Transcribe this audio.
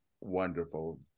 wonderful